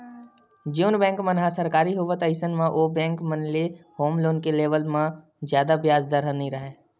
जउन बेंक मन ह सरकारी होथे अइसन म ओ बेंक मन ले होम लोन के लेवब म जादा बियाज दर ह नइ राहय